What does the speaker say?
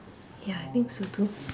ya I think so too